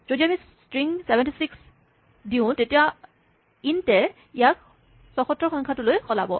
যদি আমি string "76" int এ ইয়াক ৭৬ সংখ্যাটোলৈ সলাব